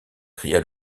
cria